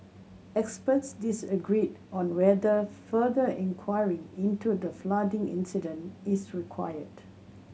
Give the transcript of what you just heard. experts disagreed on whether further inquiry into the flooding incident is required